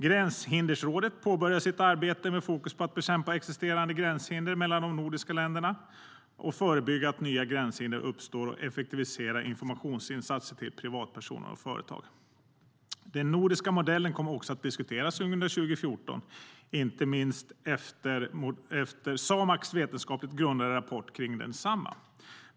Gränshinderrådet påbörjade sitt arbete med fokus på att bekämpa existerande gränshinder mellan de nordiska länderna, förebygga att nya gränshinder uppstår och effektivisera informationsinsatserna till privatpersoner och företag. Den nordiska modellen kom också att diskuteras under 2014, inte minst efter SAMAK:s vetenskapligt grundade rapport kring densamma.